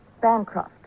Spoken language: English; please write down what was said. Bancroft